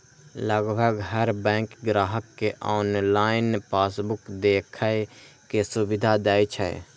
लगभग हर बैंक ग्राहक कें ऑनलाइन पासबुक देखै के सुविधा दै छै